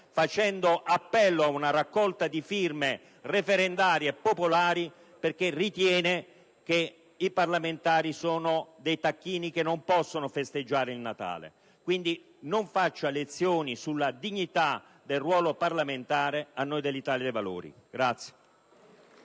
facendo appello ad una raccolta di firme popolare perché ritiene che i parlamentari siano dei tacchini che non possono festeggiare il Natale. La prego quindi di non fare lezioni sulla dignità del ruolo parlamentare a noi dell'Italia dei Valori!